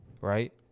right